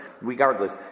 Regardless